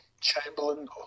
chamberlain